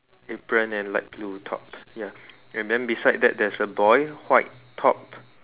apron and light blue top ya and then beside that there's a boy white top